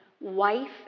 wife